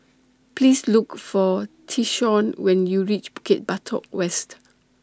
Please Look For Tyshawn when YOU REACH Bukit Batok West